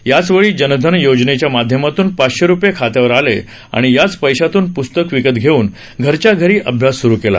याचवेळी जनधन योजनेच्या माध्यमातून पाचशे रूपये खात्यावर आले आणी याच पैशातून पुस्तक विकत धेऊन घरच्या घरी अभ्यास सुरू केला